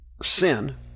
sin